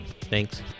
thanks